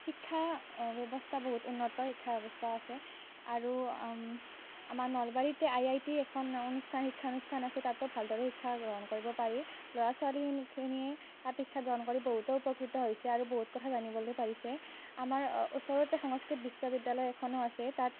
শিক্ষা ব্যৱস্থা বহুত উন্নত শিক্ষা ব্যৱস্থা আছে আৰু আমাৰ নলবাৰীতে আই আই টি এখন অনুষ্ঠান শিক্ষানুষ্ঠান আছে তাতো ভালদৰে শিক্ষা গ্ৰহণ কৰিব পাৰি ল'ৰা ছোৱালীখিনিয়ে তাত শিক্ষা গ্ৰহণ কৰি বহুতো উপকৃত হৈছে আৰু বহুত কথা জানিবলৈ পাৰিছে আমাৰ ওচৰতে সংস্কৃত বিশ্ববিদ্যালয় এখনো আছে তাত